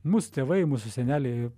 mus tėvai mūsų seneliai